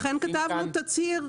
לכן כתבנו תצהיר,